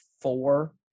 four